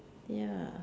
ya